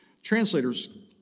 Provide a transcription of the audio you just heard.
Translators